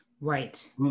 Right